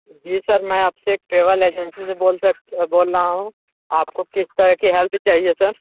जी sir मैं आपसे एक ट्रैवल एजेंसी से बोलते बोल रहा हूँ आपको किस तरह की हेल्प चाहिए सर